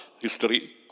history